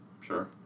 Sure